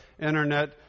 internet